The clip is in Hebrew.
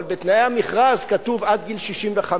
אבל בתנאי המכרז כתוב: עד גיל 65,